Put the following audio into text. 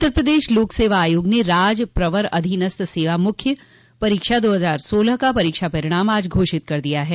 उत्तर प्रदेश लोकसेवा आयोग ने राज्य प्रवर अधीनस्थ सेवा मुख्य परीक्षा दो हजार सोलह का परीक्षा परिणाम आज घोषित कर दिया है